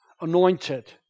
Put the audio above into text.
anointed